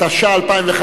התשע"א 2011,